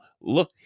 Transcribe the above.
look